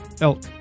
elk